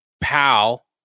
pal